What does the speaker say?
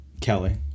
Kelly